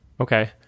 Okay